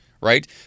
Right